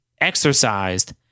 exercised